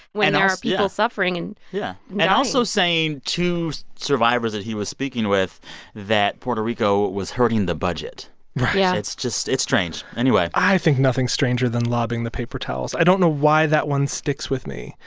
when there are people suffering and yeah and. and also saying to survivors that he was speaking with that puerto rico was hurting the budget right yeah it's just it's strange. anyway. i think nothing's stranger than lobbing the paper towels. i don't know why that one sticks with me.